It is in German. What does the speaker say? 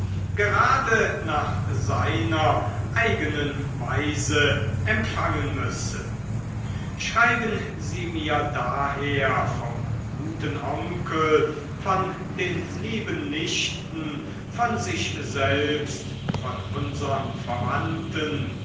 gerade nach seiner eigenen weise empfangen müsse schreiben sie mir daher vom guten onkel von den lieben nichten von sich selbst von unsern verwandten